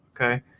okay